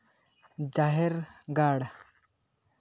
ᱡᱟᱦᱮᱨ ᱜᱟᱲ